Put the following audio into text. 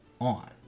on